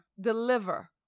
deliver